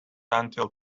until